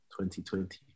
2020